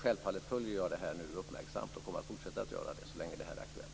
Självfallet följer jag detta uppmärksamt och kommer att fortsätta att göra det så länge det är aktuellt.